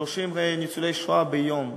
30 ניצולי שואה ביום הולכים,